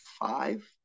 five